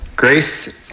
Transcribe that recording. Grace